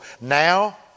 Now